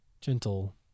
gentle